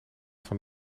van